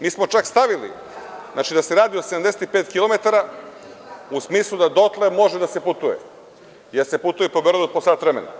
Mi smo čak stavili da se radi o 75 kilometara, u smislu da dotle može da se putuje, jer se putuje po Beogradu po sat vremena.